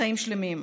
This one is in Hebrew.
חיים שלמים.